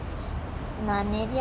I_M_D lah நீ என்னா செஞ்ச:nee enna senja